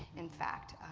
in fact.